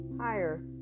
higher